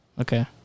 Okay